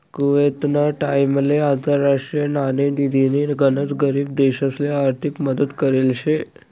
कुवेतना टाइमले आंतरराष्ट्रीय नाणेनिधीनी गनच गरीब देशसले आर्थिक मदत करेल शे